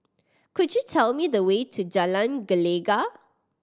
could you tell me the way to Jalan Gelegar